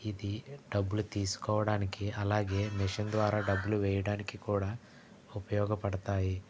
ఇది డబ్బులు తీసుకోడానికి అలాగే మిషను ద్వారా డబ్బులు వేయడానికి కూడా ఉపయోగపడతాయి